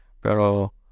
Pero